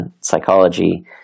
psychology